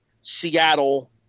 Seattle